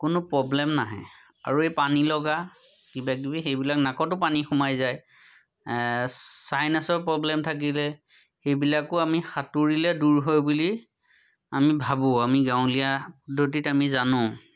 কোনো প্ৰব্লেম নাহে আৰু এই পানী লগা কিবাকিবি সেইবিলাক নাকতো পানী সোমাই যায় চাইনাছৰ প্ৰব্লেম থাকিলে সেইবিলাকো আমি সাঁতুৰিলে দূৰ হয় বুলি আমি ভাবোঁ আমি গাঁৱলীয়া পদ্ধতিত আমি জানো